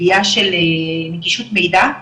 סוגיה של נגישות מידע,